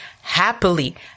happily